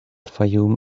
fayoum